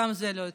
גם זה לא התקבל,